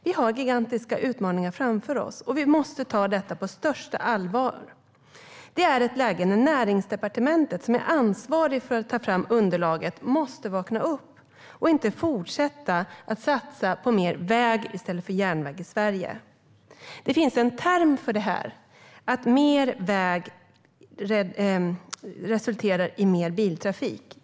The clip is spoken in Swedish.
Vi har gigantiska utmaningar framför oss, och vi måste ta detta på största allvar. Detta är ett läge när Näringsdepartementet, som är ansvarigt för att ta fram underlaget, måste vakna upp och inte fortsätta att satsa på mer väg i stället för järnväg i Sverige. Det finns en term för detta att mer väg resulterar i mer biltrafik.